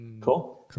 Cool